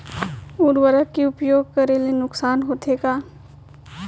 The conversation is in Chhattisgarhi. उर्वरक के उपयोग करे ले नुकसान होथे का?